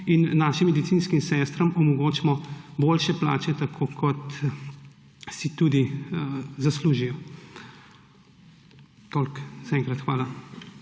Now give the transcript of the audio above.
in našim medicinskim sestram omogočimo boljše plače, tako kot si tudi zaslužijo. Toliko zaenkrat. Hvala.